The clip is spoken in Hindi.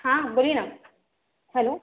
हाँ बोलिए ना हेलो